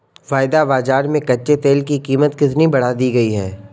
वायदा बाजार में कच्चे तेल की कीमत कितनी बढ़ा दी गई है?